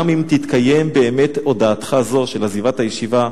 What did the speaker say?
גם אם תתקיים באמת הודעתך זו" של עזיבת הישיבה,